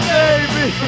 baby